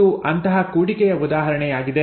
ಇದು ಅಂತಹ ಕೂಡಿಕೆಯ ಉದಾಹರಣೆಯಾಗಿದೆ